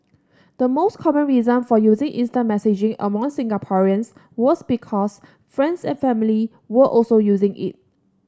the most common reason for using instant messaging among Singaporeans was because friends and family were also using it